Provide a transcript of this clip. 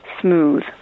smooth